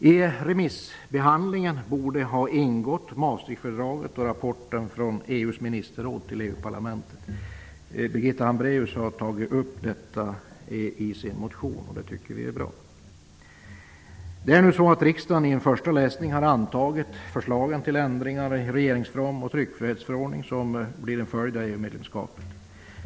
I remissbehandlingen borde Maastrichtfördraget och rapporten från EU:s ministerråd till EU parlamentet ha ingått. Birgitta Hambraeus har tagit upp detta i sin motion. Det tycker vi är bra. Riksdagen har nu i en första läsning antagit förslagen till ändringar i regeringsform och tryckfrihetsförordning, vilka blir en följd av EU medlemskapet.